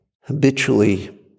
habitually